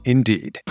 Indeed